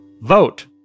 Vote